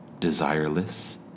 desireless